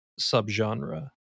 subgenre